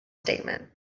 statement